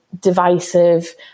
divisive